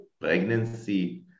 pregnancy